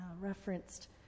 referenced